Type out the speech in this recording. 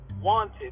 wanted